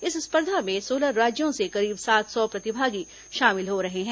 इस स्पर्धा में सोलह राज्यों से करीब सात सौ प्रतिभागी शामिल हो रहे हैं